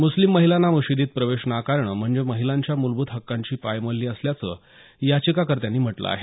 मुस्लीम महिलांना मशीदीत प्रवेश नाकारणं म्हणजे महिलांच्या मूलभूत हक्कांची पायमल्ली असल्याचं याचिकाकर्त्यांनी म्हटलं आहे